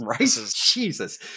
Jesus